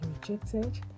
rejected